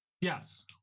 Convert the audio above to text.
Yes